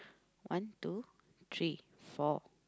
one two three four